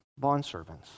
bondservants